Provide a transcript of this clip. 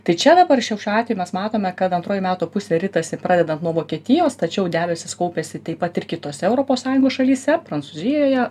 tai čia dabar šiuo atveju mes matome kad antroji metų pusė ritasi pradedant nuo vokietijos tačiau debesys kaupiasi taip pat ir kitose europos sąjungos šalyse prancūzijoje